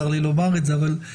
צר לי לומר את זה אבל זה כך.